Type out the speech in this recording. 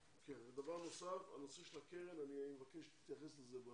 הנושא של הקרן, אני מבקש שתתייחס לזה.